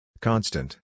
Constant